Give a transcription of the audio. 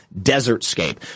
desertscape